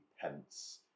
pence